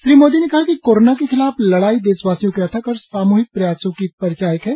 श्री मोदी ने कहा कि कोरोना के खिलाफ लड़ाई देशवासियों के अथक और सामूहिक प्रयासों की परिचायक है